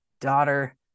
daughter